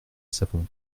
savons